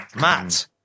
Matt